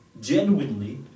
genuinely